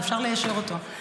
אפשר ליישר אותו.